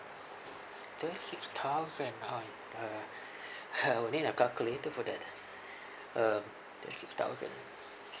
thirty six thousand uh uh I would need a calculator for that uh thirty six thousand